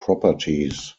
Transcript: properties